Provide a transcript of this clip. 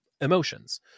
emotions